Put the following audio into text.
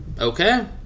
Okay